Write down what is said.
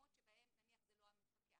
במקומות שזה נניח לא המפקח,